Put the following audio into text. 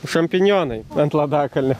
šampinjonai ant ladakalnio